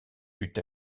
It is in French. eût